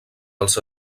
els